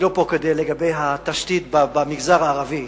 לגבי התשתית במגזר הערבי,